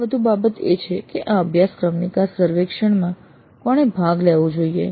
એક વધુ બાબત એ છે કે આ અભ્યાસક્રમ નિકાસ સર્વેક્ષણમાં કોણે ભાગ લેવો જોઈએ